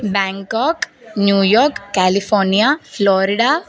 Bangkok New York California Florida